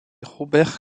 robert